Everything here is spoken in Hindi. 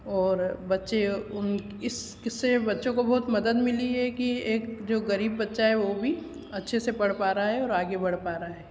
और बच्चे उन इस किससे बच्चों को बहुत मदद मिली है कि एक जो गरीब बच्चा है वह भी अच्छे से पढ़ पा रहा है और आगे बढ़ पा रहा है